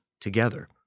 together